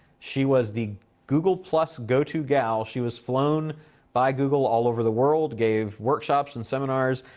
she was the google plus go-to gal she was flown by google all over the world, gave workshops and seminars.